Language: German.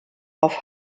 auf